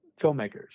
filmmakers